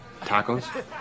Tacos